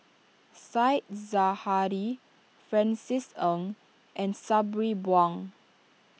Said Zahari Francis Ng and Sabri Buang